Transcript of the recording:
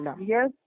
yes